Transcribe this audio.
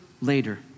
later